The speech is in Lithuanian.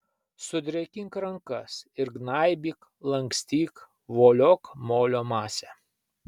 sudrėkink rankas ir gnaibyk lankstyk voliok molio masę